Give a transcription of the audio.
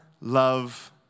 love